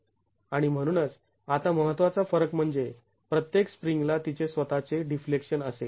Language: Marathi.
आणि म्हणूनच आता महत्त्वाचा फरक म्हणजे प्रत्येक स्प्रिंगला तिचे स्वतःचे डिफ्लेक्शन असेल